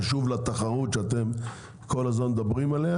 חשוב לתחרות שאתם כל הזמן מדברים עליה